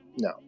No